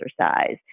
exercise